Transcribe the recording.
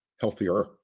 healthier